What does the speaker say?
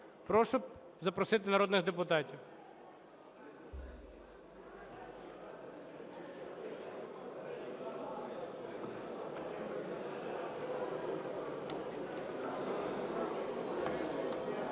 Прошу запросити народних депутатів.